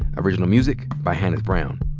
original music by hannis brown.